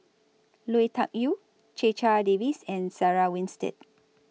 Lui Tuck Yew Checha Davies and Sarah Winstedt